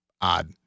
odd